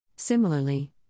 Similarly